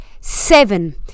seven